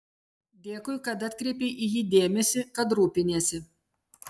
dėkui kad atkreipei į jį dėmesį kad rūpiniesi